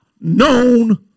known